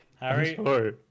Harry